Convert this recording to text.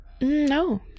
No